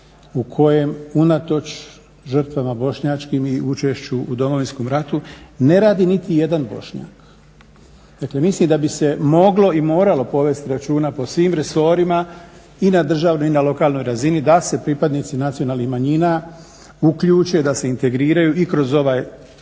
u kojem unatoč žrtvama bošnjačkim i učešću u Domovinskom ratu ne radi niti jedan Bošnjak. Eto, mislim da bi se moglo i moralo povesti računa po svim resorima i na državnoj i na lokalnoj razini da se pripadnici nacionalnih manjina uključe, da se integriraju i kroz ovaj